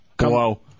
Hello